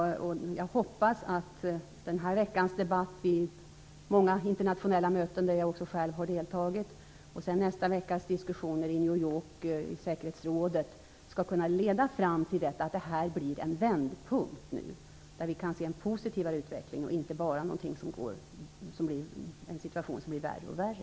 Jag hoppas att den här veckans debatt - det är många internationella möten där jag också själv deltagit - och nästa veckas diskussioner i New York i säkerhetsrådet kan leda till att det blir en vändpunkt, så att vi kan se en positivare utveckling och inte bara en situation som blir värre och värre.